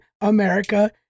America